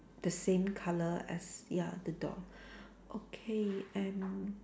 the same colour as ya the dog okay and